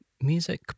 music